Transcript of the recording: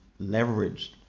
leveraged